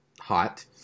hot